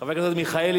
חבר הכנסת מיכאלי,